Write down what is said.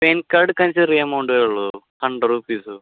pan card എടുക്കാൻ ചെറിയ എമൗണ്ടേ ഉളളൂ ഹൺഡ്രഡ് റുപ്പീസ്